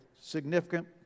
significant